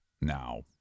now